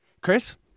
Chris